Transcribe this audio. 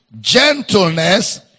gentleness